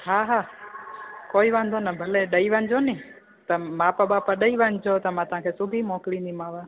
हा हा कोई वांदो न भले ॾेई वञिजो न त मापु वापु ॾेई वञिजो त मां तव्हांखे सिबी मोकिलींदीमांव